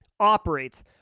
operates